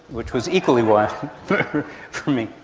which was equally wild for me.